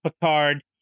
Picard